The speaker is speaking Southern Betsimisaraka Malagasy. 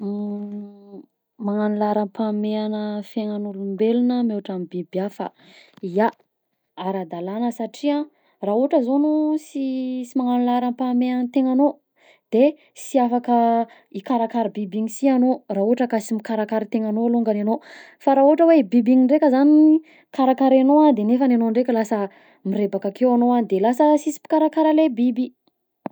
Magnano laharam-pahamehana fiaignan'olombelona mihoatra ny biby hafa, ya ara-dalana satria, raha ohatra zao anao sy magnano laharam-pahamehana tegnanao de sy afaka hikarakara biby igny si anao raha ohatra ka sy mikarakara tegnanao longany anao fa raha ohatra hoe i biby igny ndraika zany karakaraina de nefany anao ndraika lasa mirebaka akeo anao de lasa sisy mpikarakara le biby.